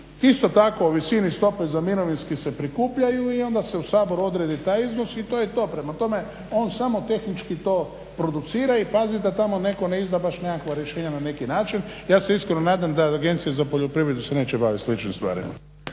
isto tako o visini stope za mirovinski se prikupljaju i onda se u Saboru odredi taj iznos i to je to. Prema tome, on samo tehnički to producira i pazi da tamo netko ne izda baš nekakva rješenja na neki način. Ja se iskreno nadam da Agencija za poljoprivredu se neće baviti sličnim stvarima.